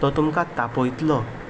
तो तुमकां तापयतलो